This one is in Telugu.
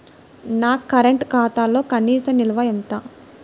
నా కరెంట్ ఖాతాలో కనీస నిల్వ ఎంత?